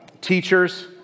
teachers